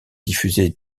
diffusée